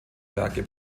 werke